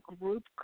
group